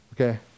Okay